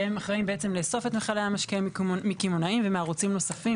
שהם אחראיים בעצם לאסוף את מכלי המשקה מקמעונאים ומערוצים נוספים.